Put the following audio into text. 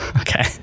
Okay